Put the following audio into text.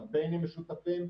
קמפיינים משותפים,